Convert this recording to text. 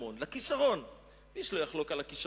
הכשרון איש לא יחלוק על הכשרון,